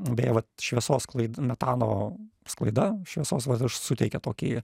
beje vat šviesos sklaida metano sklaida šviesos suteikia tokį